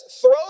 throw